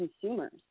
consumers